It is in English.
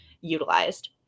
utilized